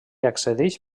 accedeix